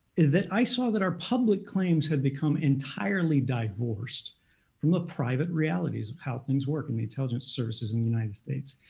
that i saw that our public claims had become entirely divorced from the private realities of how things work in the intelligence services in the united states.